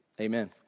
amen